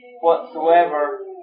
whatsoever